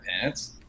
pants